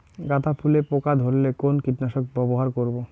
গাদা ফুলে পোকা ধরলে কোন কীটনাশক ব্যবহার করব?